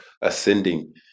ascending